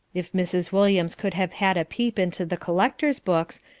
if mrs. williams could have had a peep into the collectors' books,